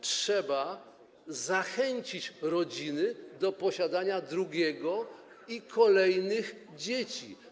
Trzeba zachęcić rodziny do posiadania drugiego dziecka i kolejnych dzieci.